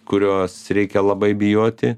kurios reikia labai bijoti